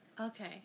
Okay